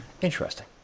Interesting